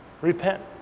Repent